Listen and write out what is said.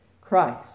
Christ